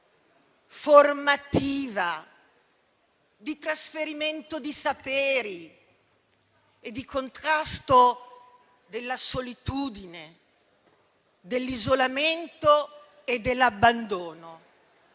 formativa, di trasferimento di saperi e di contrasto della solitudine, dell'isolamento e dell'abbandono,